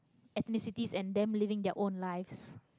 ethnicities and them living their own lives